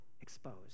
exposed